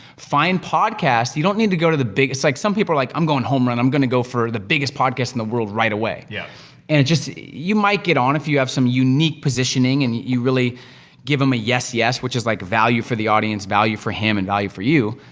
find podcasts, you don't need to go to the big, like some people are like, i'm goin' homerun, i'm gonna go for the biggest podcast in the world right away! yeah and you might get on if you have some unique positioning, and you you really give em a yes, yes, which is like, value for the audience, value for him, and value for you.